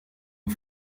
een